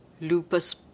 lupus